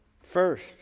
First